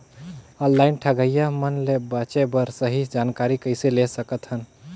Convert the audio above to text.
Online ठगईया मन ले बांचें बर सही जानकारी कइसे ले सकत हन?